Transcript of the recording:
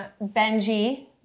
Benji